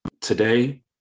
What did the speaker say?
Today